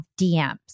DMs